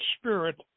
spirit